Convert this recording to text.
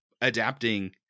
adapting